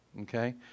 okay